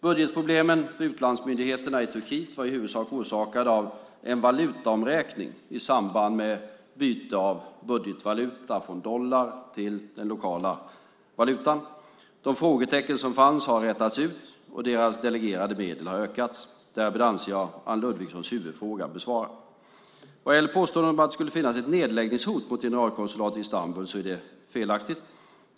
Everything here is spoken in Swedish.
Budgetproblemen för utlandsmyndigheterna i Turkiet var i huvudsak orsakade av en valutaomräkning i samband med byte av budgetvaluta från dollar till den lokala valutan. De frågetecken som fanns har rätats ut, och deras delegerade medel har ökats. Därmed anser jag Anne Ludvigssons huvudfråga besvarad. Vad gäller påståendet att det skulle finnas ett nedläggningshot mot generalkonsulatet i Istanbul så är det felaktigt.